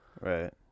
Right